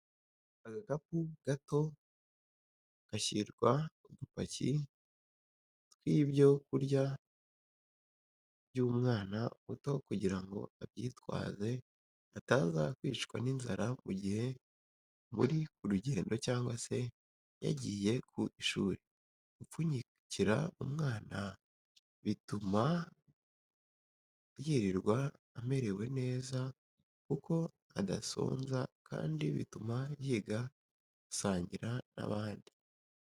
Agakapu gato gashyirwa udupaki tw'ibyo kurya by'umwana muto kugirango abyitwaze ataza kwicwa n'inzara mu gihe muri ku rugendo cyangwa se yagiye ku ishuri, gupfunyikira umwana bituma yirirwa amerewe neza kuko adasonza kandi bituma yiga gusangira n'abandi.